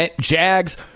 jags